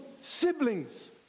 siblings